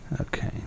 Okay